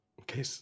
Okay